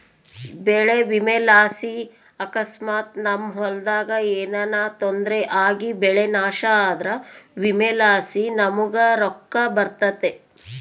ಬೆಳೆ ವಿಮೆಲಾಸಿ ಅಕಸ್ಮಾತ್ ನಮ್ ಹೊಲದಾಗ ಏನನ ತೊಂದ್ರೆ ಆಗಿಬೆಳೆ ನಾಶ ಆದ್ರ ವಿಮೆಲಾಸಿ ನಮುಗ್ ರೊಕ್ಕ ಬರ್ತತೆ